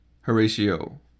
Horatio